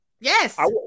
Yes